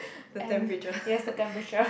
the temperature